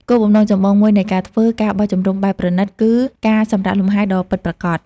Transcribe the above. គោលបំណងចម្បងមួយនៃការធ្វើ ការបោះជំរំបែបប្រណីត គឺ ការសម្រាកលំហែ ដ៏ពិតប្រាកដ។